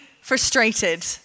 frustrated